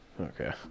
Okay